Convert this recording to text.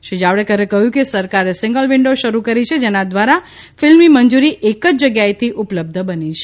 શ્રી જાવડેકરે કહ્યું કે સરકારે સિંગલ વિન્ડો શરૂ કરી છે જેના દ્વારા ફિલ્મની મંજૂરી એક જ જગ્યાએથી ઉપલબ્ધ બની છે